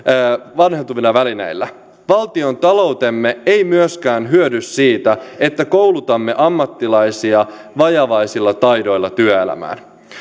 vanhentuvilla välineillä valtiontaloutemme ei myöskään hyödy siitä että koulutamme ammattilaisia vajavaisilla taidoilla työelämään